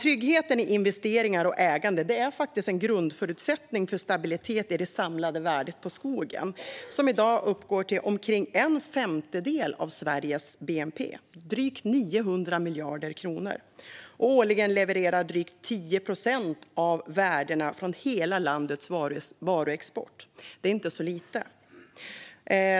Tryggheten i investeringar och ägande är faktiskt en grundförutsättning för stabilitet i det samlade värdet på skogen, som i dag uppgår till omkring en femtedel av Sveriges bnp - drygt 900 miljarder kronor - och årligen levererar drygt 10 procent av värdena från hela landets varuexport. Det är inte så lite.